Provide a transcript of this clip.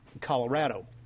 Colorado